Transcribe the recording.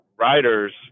riders